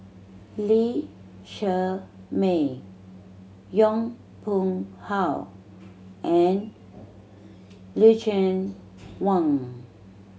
Lee Shermay Yong Pung How and Lucien Wang